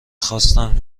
خواستم